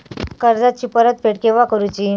कर्जाची परत फेड केव्हा करुची?